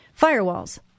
firewalls